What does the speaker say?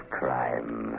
crime